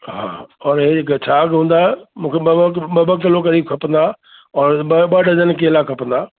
हा हा और हे क छागि हुंदा मूंखे ॿ ॿ ॿ ॿ किलो क़रीब कंदा और ॿ ॿ डज़न केला खपंदा